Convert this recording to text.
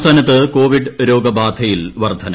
സംസ്ഥാനത്ത് കോവിഡ് രോഗബ്ലാധയിൽ വർദ്ധന